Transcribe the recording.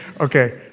Okay